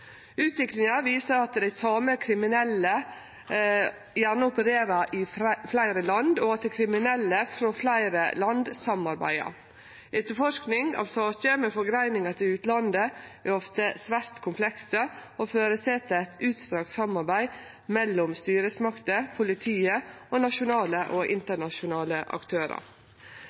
Utviklinga viser at dei same kriminelle gjerne opererer i fleire land, og at kriminelle frå fleire land samarbeider. Etterforsking av saker med forgreiningar til utlandet er ofte svært komplekse og føreset eit utstrekt samarbeid mellom styresmakter, politiet og nasjonale og internasjonale aktørar.